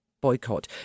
boycott